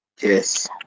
yes